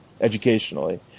educationally